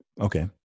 Okay